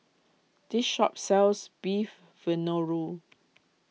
this shop sells Beef Vindaloo